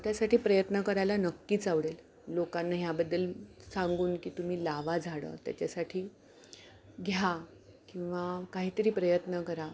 त्यासाठी प्रयत्न करायला नक्कीच आवडेल लोकांना ह्याबद्दल सांगून की तुम्ही लावा झाडं त्याच्यासाठी घ्या किंवा काहीतरी प्रयत्न करा